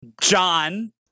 John